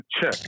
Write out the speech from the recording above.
check